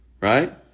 right